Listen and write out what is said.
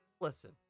listen